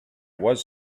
was